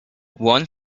one